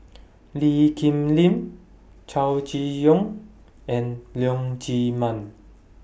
Lee Kip Lin Chow Chee Yong and Leong Chee Mun